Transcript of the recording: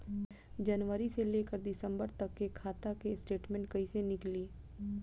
जनवरी से लेकर दिसंबर तक के खाता के स्टेटमेंट कइसे निकलि?